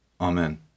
Amen